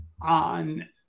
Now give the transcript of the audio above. on